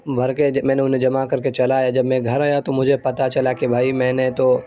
بھر کے میں نے انہیں جمع کر کے چلا آیا جب میں گھر آیا تو مجھے پتا چلا کہ بھائی میں نے تو